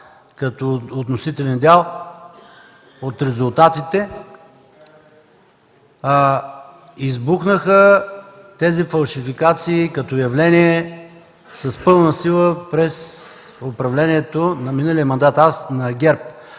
като относителен дял от резултатите, тези фалшификации избухнаха като явление с пълна сила през управлението на миналия мандат на ГЕРБ.